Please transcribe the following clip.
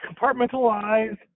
compartmentalize